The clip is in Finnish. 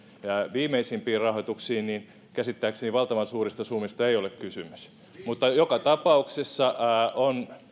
viimeisiin rahoituksiin niin käsittääkseni valtavan suurista summista ei ole kysymys joka tapauksessa on